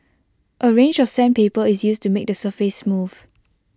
A range of sandpaper is used to make the surface smooth